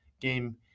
game